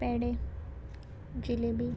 पेडे जिलेबी